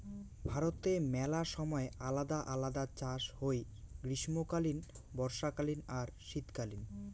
ভারতে মেলা সময় আলদা আলদা চাষ হই গ্রীষ্মকালীন, বর্ষাকালীন আর শীতকালীন